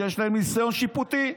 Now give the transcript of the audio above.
שיש להם ניסיון שיפוטי.